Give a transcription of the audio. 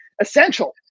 essential